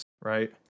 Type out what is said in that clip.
right